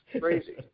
crazy